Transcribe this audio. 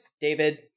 David